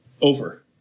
Over